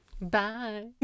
Bye